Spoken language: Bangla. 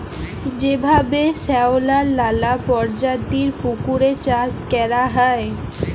যেভাবে শেঁওলার লালা পরজাতির পুকুরে চাষ ক্যরা হ্যয়